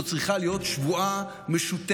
זו צריכה להיות שבועה משותפת